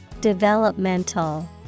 Developmental